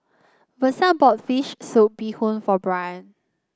Versa bought fish soup Bee Hoon for Brian